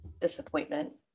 disappointment